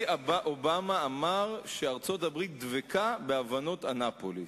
אובמה אמר שארצות-הברית דבקה בהבנות אנאפוליס.